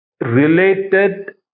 related